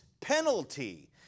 penalty